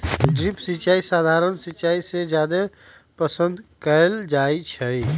drip सिंचाई सधारण सिंचाई से जादे पसंद कएल जाई छई